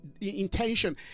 intention